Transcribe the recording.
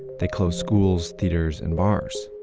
they closed schools, theaters, and bars.